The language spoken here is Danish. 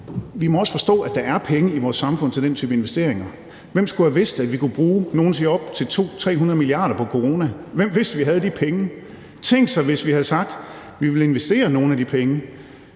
at vi også må forstå, at der er penge i vores samfund til den type investeringer. Hvem skulle have vidst, at vi kunne bruge, nogle siger op til 200-300 mia. kr. på corona? Hvem vidste, vi havde de penge? Tænk sig, hvis vi havde sagt, at vi ville investere nogle af de penge,